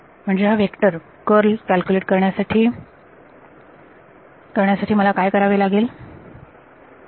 म्हणजे हा vector curl calculate करण्यासाठी करण्यासाठी मला काय करावे लागेल